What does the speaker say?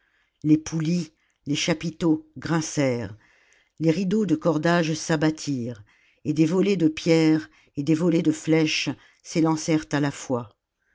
les poulies les chapiteaux grincèrent les rideaux de cordages s'abattirent et des volées de pierres et des volées de flèches s'élancèrent à la fois